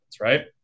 right